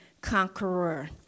conqueror